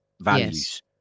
values